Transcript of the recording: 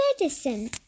medicine